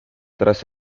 tras